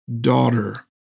Daughter